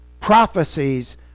prophecies